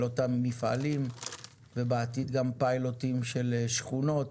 לאותם מפעלים ובעתיד גם פיילוטים של שכונות